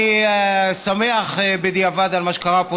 אני שמח בדיעבד על מה שקרה פה,